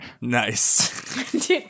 Nice